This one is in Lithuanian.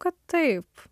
kad taip